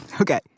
Okay